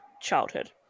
childhood